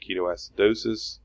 ketoacidosis